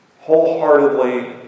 wholeheartedly